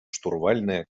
штурвальное